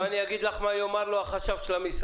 אני אגיד לך מה יאמר לו החשב של המשרד: